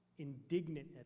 Indignant